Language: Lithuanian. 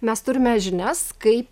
mes turime žinias kaip